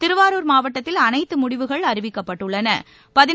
திருவாரூர் மாவட்டத்தில் அனைத்து முடிவுகள் அறிவிக்கப்பட்டுள்ளன